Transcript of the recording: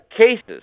cases